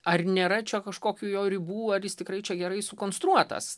ar nėra čia kažkokių jo ribų ar jis tikrai čia gerai sukonstruotas